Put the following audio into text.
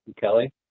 Kelly